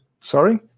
Sorry